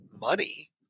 money